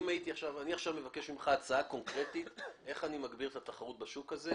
אני מבקש ממך עכשיו הצעה קונקרטית איך להגביר את התחרות בשוק הזה,